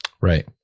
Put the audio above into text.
Right